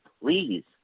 please